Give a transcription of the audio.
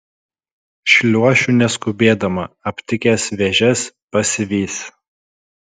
šliuošiu neskubėdama aptikęs vėžes pasivys